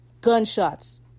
gunshots